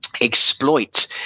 exploit